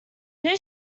new